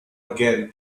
again